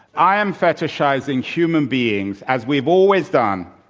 i i am fetishizing human beings, as we've always done,